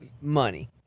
money